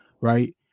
right